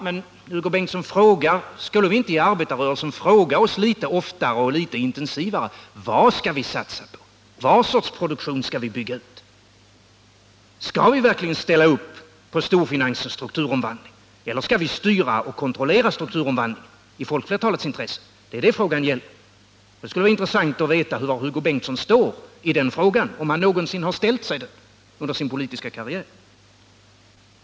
Men, Hugo Bengtsson, borde inte vi inom arbetarrörelsen litet oftare och litet intensivare fråga oss: Vad skall vi satsa på och vilken sorts produktion skall vi bygga ut? Skall vi verkligen ställa upp på storfinansens strukturomvandling eller skall vi styra och kontrollera strukturomvandlingen i folkflertalets intresse? Det är det frågan gäller. Det skulle vara intressant att veta var Hugo Bengtsson står i den frågan, om han nu någonsin ställt sig den under sin politiska karriär.